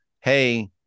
hey